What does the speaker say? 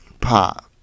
Pop